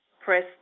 press